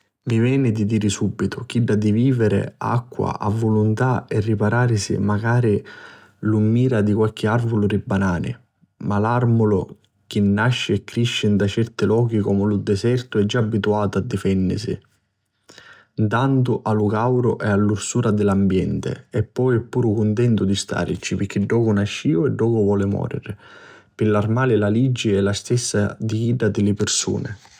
Mi veni di diri subitu, chidda di viviri acqua a vuluntà e ripararisi macari a l'ùmmira di qualchi arvulu di banani. Ma l'armalu chi nasci e crisci nta certi lochi comu lu disertu è già abituatu a difennisi, ntantu di lu càuru e di l'arsura di dd'ambienti, e poi è puru cuntenti di stàrici pirchì ddocu nasciu e ddocu voli mòriri. Pi l'armali la liggi e la stessa di chidda di li pirsuni.